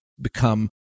become